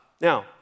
Now